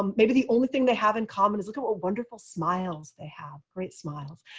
um maybe the only thing they have in common is like a wonderful smiles. they have great smiles.